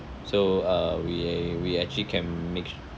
so uh we we actually can make